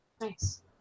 Nice